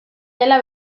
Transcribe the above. dela